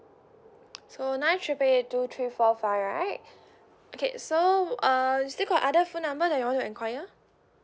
so nine triple eight two three four five right okay so uh still got other phone number that you want to inquire